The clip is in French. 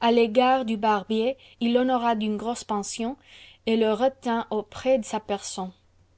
a l'égard du barbier il l'honora d'une grosse pension et le retint auprès de sa personne